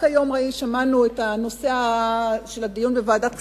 רק היום שמענו את הנושא של הדיון בוועדת הכספים,